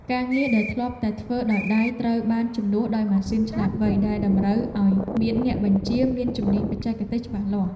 ការងារដែលធ្លាប់តែធ្វើដោយដៃត្រូវបានជំនួសដោយម៉ាស៊ីនឆ្លាតវៃដែលតម្រូវឱ្យមានអ្នកបញ្ជាមានជំនាញបច្ចេកទេសច្បាស់លាស់។